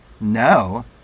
No